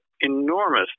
enormous